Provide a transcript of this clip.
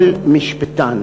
כל משפטן,